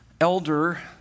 Elder